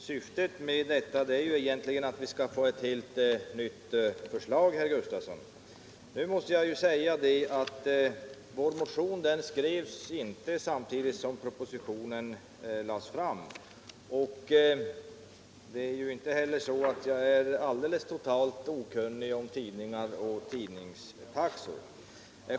Herr talman! Syftet med vårt yrkande är att vi skall få ett helt nytt förslag, herr Sven Gustafson i Göteborg. Sedan måste jag också säga att vår motion skrevs inte samtidigt med att propositionen lades fram. Och jag är inte heller totalt okunnig om tidningar och tidningstaxor.